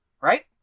right